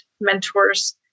mentors